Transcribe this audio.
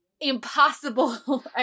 impossible